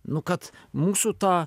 nu kad mūsų ta